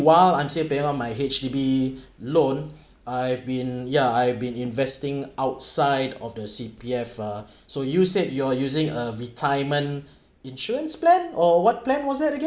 while until pay on my H_D_B loan I've been yeah I've been investing outside of the C_P_F uh so you said you're using a retirement insurance plan or what plan what's that again